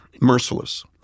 merciless